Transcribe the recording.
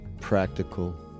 practical